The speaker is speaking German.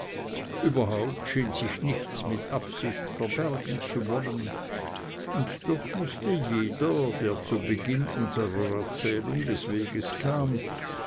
überhaupt schien sich nichts mit absicht verbergen zu wollen und doch mußte jeder der zu beginn unserer erzählung des weges kam